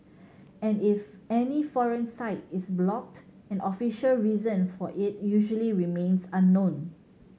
and if any foreign site is blocked an official reason for it usually remains unknown